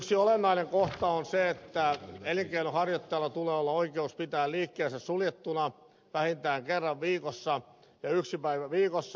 yksi olennainen kohta on se että elinkeinonharjoittajalla tulee olla oikeus pitää liikkeensä suljettuna vähintään kerran viikossa yhtenä päivänä viikossa